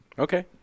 Okay